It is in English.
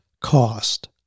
cost